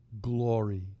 glory